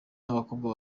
b’abakobwa